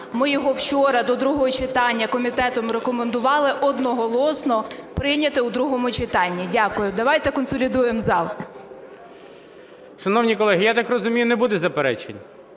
Ми його вчора до другого читання комітетом рекомендували одноголосно прийняти у другому читанні. Дякую. Давайте консолідуємо зал. ГОЛОВУЮЧИЙ. Шановні колеги, я так розумію, не буде заперечень?